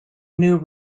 new